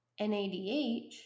NADH